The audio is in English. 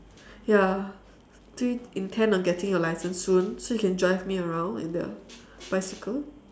ya do you intend on getting your license soon so you can drive me around in the bicycle